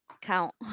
count